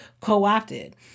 co-opted